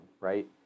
right